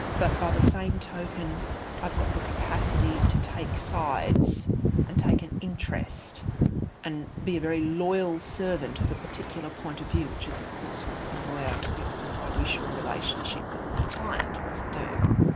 but by the same token i've got the capacity to take sides and take an interest and be a very loyal servant of a particular point of view, which is of course what a lawyer who has a fiduciary relationship with his client must do.